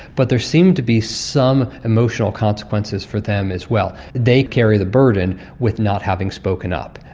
but there seem to be some emotional consequences for them as well. they carry the burden with not having spoken up.